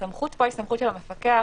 הסמכות פה היא סמכות של המפקח